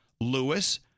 Lewis